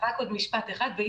רק עוד משפט אחד.